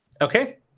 Okay